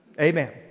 Amen